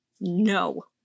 No